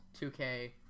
2K